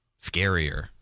scarier